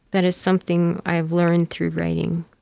that is something i've learned through writing,